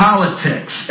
Politics